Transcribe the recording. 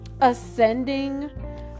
ascending